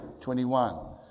21